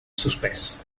suspès